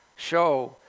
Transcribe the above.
show